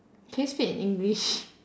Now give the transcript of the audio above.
can you speak in english